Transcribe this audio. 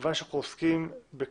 מכוון שאנחנו עוסקים בקטינים,